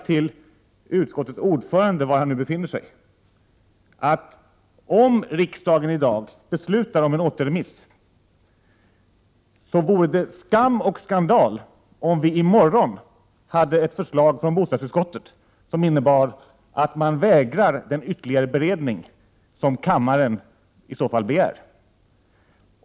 Till utskottets ordförande — var han nu befinner sig — vill jag säga att det, om riksdagen i dag beslutar om en återremiss, vore skam och skandal om vi i morgon hade ett förslag från bostadsutskottet som innebar att man vägrar den ytterligare beredning som kammaren i så fall begär.